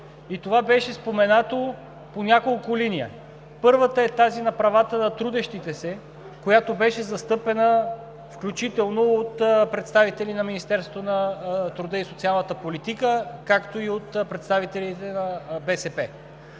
И това беше споменато по няколко линии. Първата е тази на правата на трудещите се, която беше застъпена включително от представители на Министерството на труда и социалната политика, както и от представителите на БСП.